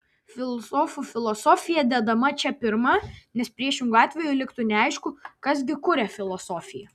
filosofų filosofija dedama čia pirma nes priešingu atveju liktų neaišku kas gi kuria filosofiją